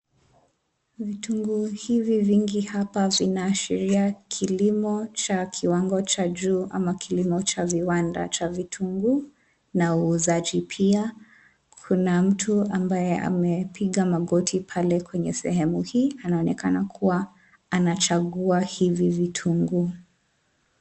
Vitunguu hivi vingi hapa vinaashiria kilimo cha kiwango cha juu, ama kilimo cha viwanda cha vitunguu na uuzaji pia. Kuna mtu ambaye amepiga magoti pale kwenye sehemu hii, anaonekana kuwa anachagua hivi vitunguu.